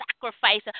sacrifice